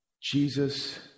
Jesus